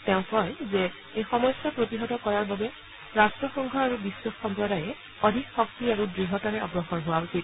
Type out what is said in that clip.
তেওঁ কয় যে এই সমস্যা প্ৰতিহত কৰাৰ বাবে ৰাট্টসংঘ আৰু বিশ্ব সম্প্ৰদায়ে অধিক শক্তি আৰু দ্য়তাৰে অগ্ৰসৰ হোৱা উচিত